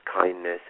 kindness